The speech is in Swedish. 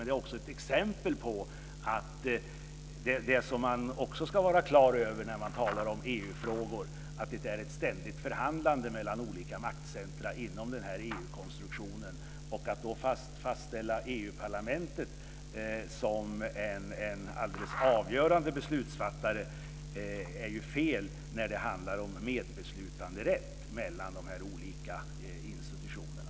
Det är dock ett exempel på det man också ska vara klar över när man talar om EU-frågor, nämligen att det är ett ständigt förhandlande mellan olika maktcentrum inom EU-konstruktionen. Att då utpeka EU-parlamentet som en avgörande beslutsfattare är ju fel, när det handlar om medbeslutanderätt mellan de olika institutionerna.